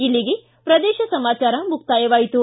ಇಲ್ಲಿಗೆ ಪ್ರದೇಶ ಸಮಾಚಾರ ಮುಕ್ತಾಯವಾಯಿತು